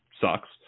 sucks